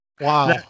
Wow